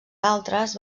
altres